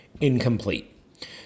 incomplete